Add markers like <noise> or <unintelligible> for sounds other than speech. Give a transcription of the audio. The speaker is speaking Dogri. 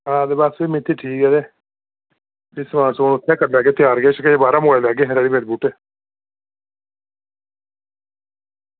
हां ते बस मिट्टी ठीक ऐ ते समान समून उत्थै करी लैगै त्यार किश बाहरा मंगाई लैगे <unintelligible> बूह्टे